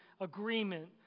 agreement